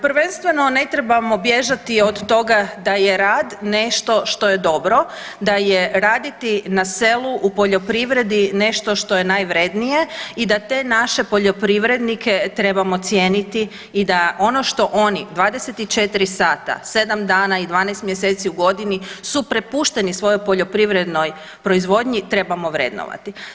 Prvenstveno ne trebamo bježati od toga da je rad nešto što je dobro, da je raditi na selu u poljoprivredni nešto što je najvrijednije i da te naše poljoprivrednike trebamo cijeniti i da ono što oni 24 sata 7 dana i 12 mjeseci u godini su prepušteni svojoj poljoprivrednoj proizvodnji trebamo vrednovati.